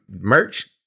merch